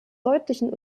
deutlichen